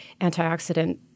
antioxidant